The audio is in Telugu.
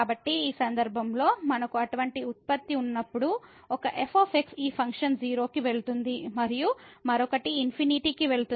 కాబట్టి ఈ సందర్భంలో మనకు అటువంటి ఉత్పత్తి ఉన్నప్పుడు ఒక f ఈ ఫంక్షన్ 0 కి వెళుతుంది మరియు మరొకటి ∞ కి వెళుతుంది